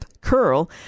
Curl